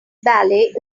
ballad